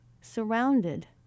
surrounded